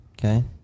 Okay